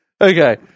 Okay